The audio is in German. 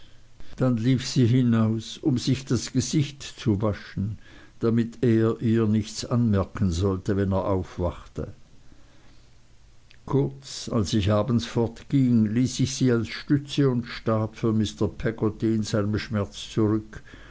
dann lief sie hinaus um sich das gesicht zu waschen damit er ihr nichts anmerken sollte wenn er aufwachte kurz als ich abends fortging ließ ich sie als stütze und stab für mr peggotty in seinem schmerz zurück